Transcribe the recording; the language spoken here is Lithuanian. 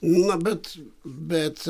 na bet bet